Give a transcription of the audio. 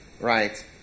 right